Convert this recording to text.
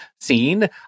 scene